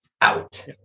out